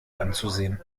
anzusehen